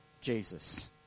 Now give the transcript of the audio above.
Jesus